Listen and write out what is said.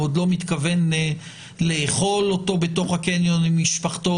הוא לא מתכוון לאכול אותו בתוך הקניון עם משפחתו